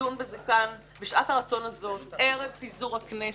שנדון בזה כאן בשעת הרצון הזאת ערב פיזור הכנסת.